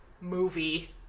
movie